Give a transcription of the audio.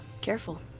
Careful